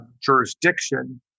jurisdiction